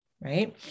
right